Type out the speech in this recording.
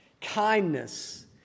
kindness